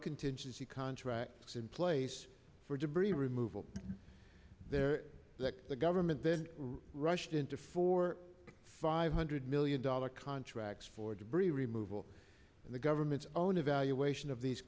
contingency contracts in place for debris removal there that the government then rushed into for five hundred million dollars contracts for debris removal and the government's own evaluation of these